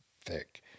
thick